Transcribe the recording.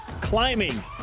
climbing